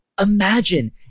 imagine